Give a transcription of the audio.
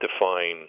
define